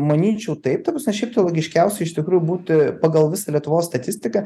manyčiau taip ta prasme šiaip tai logiškiausia iš tikrųjų būtų pagal visą lietuvos statistiką